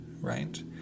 right